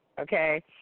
Okay